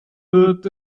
wird